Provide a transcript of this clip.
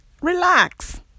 relax